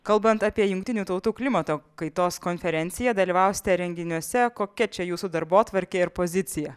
kalbant apie jungtinių tautų klimato kaitos konferenciją dalyvausite renginiuose kokia čia jūsų darbotvarkė ir pozicija